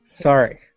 Sorry